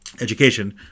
education